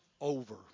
over